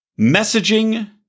messaging